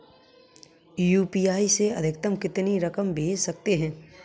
UPI से अधिकतम कितनी रकम भेज सकते हैं?